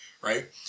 right